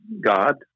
God